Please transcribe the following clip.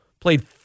Played